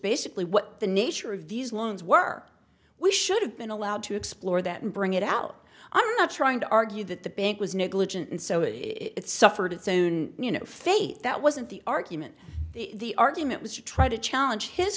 basically what the nature of these loans were we should have been allowed to explore that and bring it out i'm not trying to argue that the bank was negligent and so it suffered its own you know faith that wasn't the argument the argument was you try to challenge his